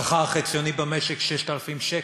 השכר החציוני במשק, 6,000 שקלים,